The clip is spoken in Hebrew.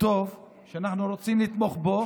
טוב שאנחנו רוצים לתמוך בו,